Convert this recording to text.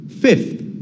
Fifth